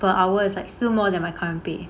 per hours is like still more than my current pay